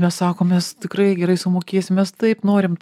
mes sakom mes tikrai gerai sumokėsim mes taip norim